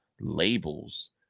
labels